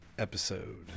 episode